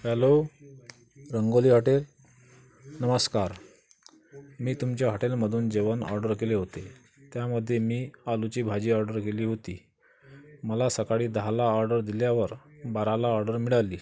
hello Rangoli hotel नमस्कार मी तुमच्या हॉटेलमधून जेवण ऑर्डर केले होते त्यामध्ये मी आलूची भाजी ऑर्डर केली होती मला सकाळी दहाला ऑर्डर दिल्यावर बाराला ऑर्डर मिळाली